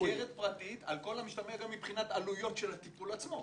במסגרת פרטית על כל המשתמע גם מבחינת עלויות הטיפול עצמו.